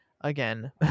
again